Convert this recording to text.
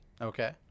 Okay